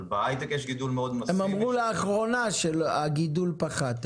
בהייטק יש גידול מאוד מאסיבי --- הם אמרו שהגידול פחת לאחרונה,